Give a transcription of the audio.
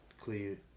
clear